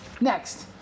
Next